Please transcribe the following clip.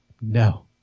No